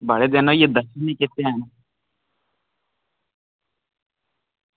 बड़े दिन होइये दर्शन नी कीते न